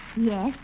Yes